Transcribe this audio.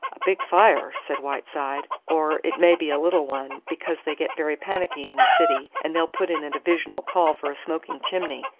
a big fire, said whiteside. or it may be a little one, because they get very panicky in the city, and they'll put in a divisional call for a smoking chimney!